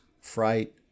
fright